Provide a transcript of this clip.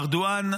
ארדואן,